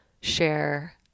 share